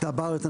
הייתה בארץ.